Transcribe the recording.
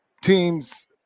teams